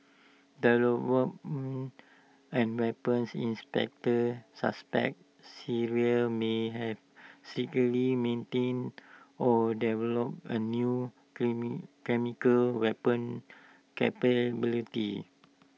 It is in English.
and weapons inspectors suspect Syria may have secretly maintained or developed A new chemical weapons capability